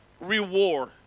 reward